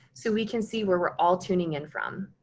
so we can see where we're all tuning in from.